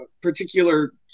particular